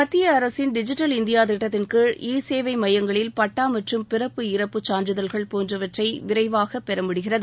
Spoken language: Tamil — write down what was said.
மத்திய அரசின் டிஜிட்டல் இந்தியா திட்டத்தின்கீழ் இ சேவை மையங்களில் பட்டா பிறப்பு இறப்புச் சான்றிதழ்கள் போன்றவற்றை விரைவாக பெற முடிகிறது